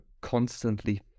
constantly